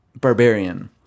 barbarian